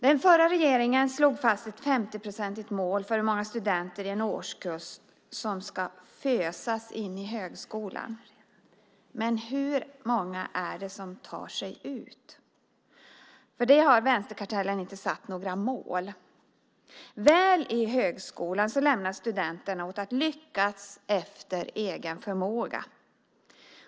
Den förra regeringen slog fast ett 50-procentigt mål för hur många studenter i en årskurs som ska fösas in i högskolan. Men hur många är det som tar sig ut? För det har vänsterkartellen inte satt några mål. Väl i högskolan lämnas studenten åt att lyckas efter egen förmåga.